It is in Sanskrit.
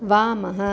वामः